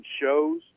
shows